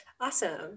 Awesome